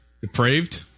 Depraved